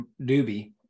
Doobie